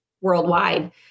worldwide